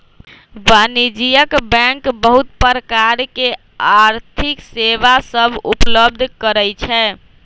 वाणिज्यिक बैंक बहुत प्रकार के आर्थिक सेवा सभ उपलब्ध करइ छै